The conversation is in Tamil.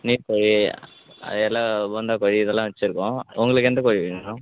நீர்க்கோழி அது எல்லாம் போந்தா கோழி இதெல்லாம் வச்சிருக்கோம் உங்களுக்கு எந்தக் கோழி வேணும்